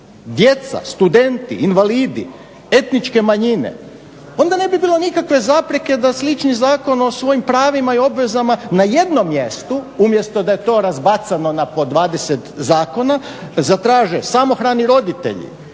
Djeca, studenti, invalidi, etničke manjine, onda ne bi bilo nikakve zapreke da slični zakon o svojim pravima i obvezama na jednom mjestu, umjesto da je to razbacamo na po 20 zakona, zatraže samohrani roditelji,